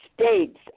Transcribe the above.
states